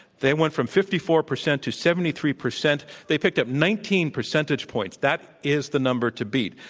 they went from fifty four percent to seventy three percent. they picked up nineteen percentage points. that is the number to beat.